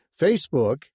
Facebook